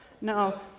No